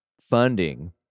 funding